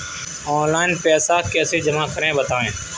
Online पैसा कैसे जमा करें बताएँ?